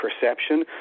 perception